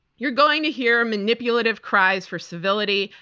you're going to hear manipulative cries for civility.